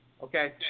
Okay